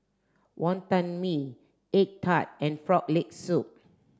wonton mee egg tart and frog leg soup